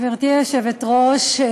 גברתי היושבת-ראש,